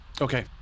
Okay